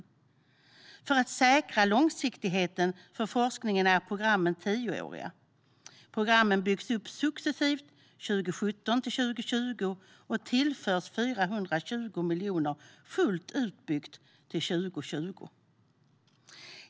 För att säkra långsiktigheten för forskningen är programmen tioåriga. Programmen byggs upp successivt 2017-2020 och tillförs 420 miljoner när de är fullt utbyggda 2020.